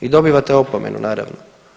I dobivate opomenu, naravno.